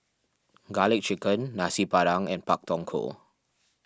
Garlic Chicken Nasi Padang and Pak Thong Ko